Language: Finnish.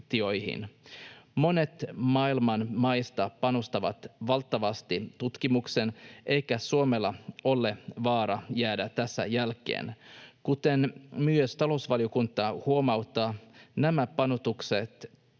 Monet maailman maista panostavat valtavasti tutkimukseen, eikä Suomella ole varaa jäädä tässä jälkeen. Kuten myös talousvaliokunta huomauttaa, nämä panostukset